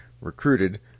recruited